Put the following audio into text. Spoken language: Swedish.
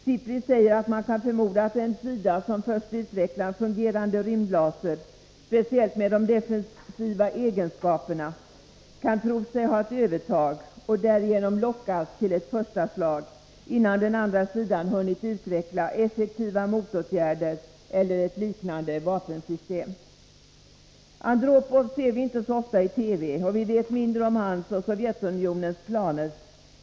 SIPRI säger att man kan förmoda att den sida som först utvecklar en fungerande rymdlaser, speciellt med de defensiva egenskaperna, kan tro sig ha ett övertag och därigenom lockas till ett förstaslag, innan den andra sidan hunnit utveckla effektiva motåtgärder eller ett liknande vapensystem. Andropov ser vi inte så ofta i TV och vi vet mindre om hans och Sovjetunionens planer.